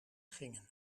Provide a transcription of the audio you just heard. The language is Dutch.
gingen